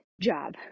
job